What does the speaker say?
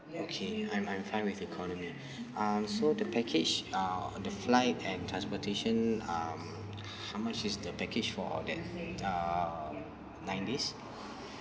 okay I'm I'm fine with economy um so the package uh the flight and transportation um how much is the package for that uh nine days